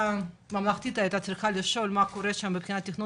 ממלכתית הייתה צריכה לשאול מבחינת תכנון